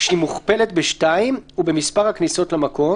כשהיא מוכפלת ב-2 ובמספר הכניסות למקום,